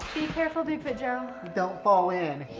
careful bigfoot joe. don't fall in.